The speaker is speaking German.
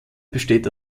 besteht